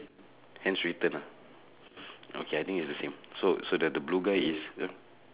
hands straighten ah okay I think is the same so so that the blue guy is uh